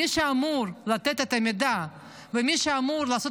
מי שאמור לתת את המידע ומי שאמור לעשות